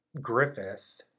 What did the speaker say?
griffith